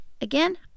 Again